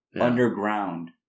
underground